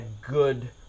good